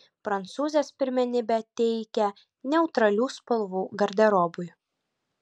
prancūzės pirmenybę teikia neutralių spalvų garderobui